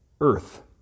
earth